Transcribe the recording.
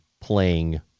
playing